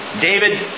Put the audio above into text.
David